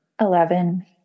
Eleven